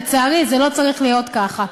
לצערי, זה לא צריך להיות ככה.